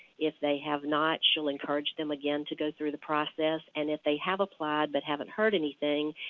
if they have not, she will encourage them again to go through the process. and if they have applied but haven't heard anything,